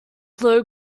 slow